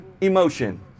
emotion